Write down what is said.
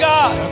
God